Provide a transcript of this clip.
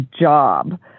job